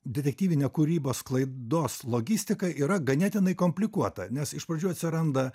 detektyvinę kūrybą sklaidos logistika yra ganėtinai komplikuota nes iš pradžių atsiranda